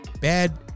Bad